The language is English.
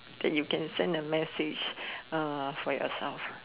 that you can send a message for yourself